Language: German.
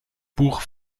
buch